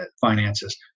finances